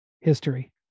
history